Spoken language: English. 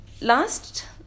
last